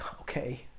okay